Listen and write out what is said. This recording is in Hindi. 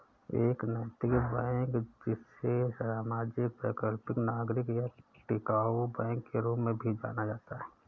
एक नैतिक बैंक जिसे सामाजिक वैकल्पिक नागरिक या टिकाऊ बैंक के रूप में भी जाना जाता है